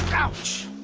ouch!